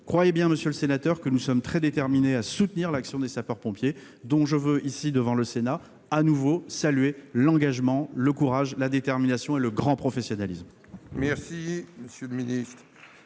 Croyez bien, monsieur le sénateur, que nous sommes très déterminés à soutenir l'action des sapeurs-pompiers, dont je veux ici, devant le Sénat, de nouveau saluer l'engagement, le courage, la détermination et le grand professionnalisme. Avant de poursuivre notre